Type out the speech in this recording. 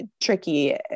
tricky